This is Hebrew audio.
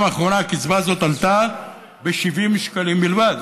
האחרונה הקצבה הזאת עלתה ב-70 שקלים בלבד.